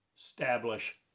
establish